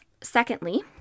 secondly